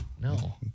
No